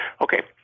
Okay